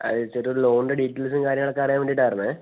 ആ ചേട്ടാ ഒരു ലോണിൻ്റെ ഡീറ്റെയിൽസും കാര്യങ്ങളൊക്കെ അറിയാൻ വേണ്ടിയിട്ടായിരുന്നേ